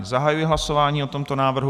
Zahajuji hlasování o tomto návrhu.